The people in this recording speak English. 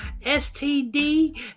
STD